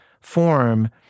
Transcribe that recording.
form